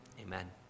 Amen